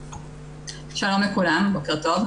שלום לכולם, בוקר טוב.